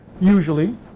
usually